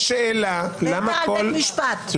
בעיקר על בית משפט.